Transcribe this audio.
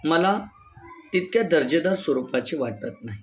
मला तितक्या दर्जेदार स्वरूपाची वाटत नाही